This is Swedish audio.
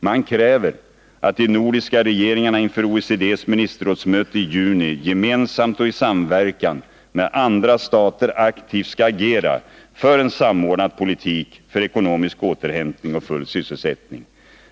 Man kräver att de nordiska regeringarna inför OECD:s ministerrådsmöte i juni gemensamt och i samverkan med andra stater aktivt skall agera för en samordnad politik för ekonomisk återhämtning och full sysselsättning.